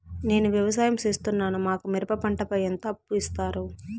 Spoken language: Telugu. నేను వ్యవసాయం సేస్తున్నాను, మాకు మిరప పంటపై ఎంత అప్పు ఇస్తారు